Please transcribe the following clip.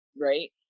right